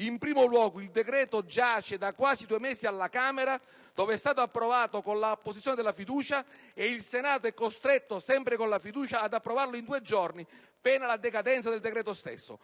In primo luogo, il decreto-legge giace da quasi due mesi alla Camera, dove è stato approvato con l'apposizione della fiducia, e il Senato è costretto, sempre con la fiducia, ad approvarlo in due giorni, pena la decadenza del decreto-legge stesso.